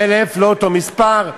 אז אני אומר לך, 50,000. לא אותו מספר.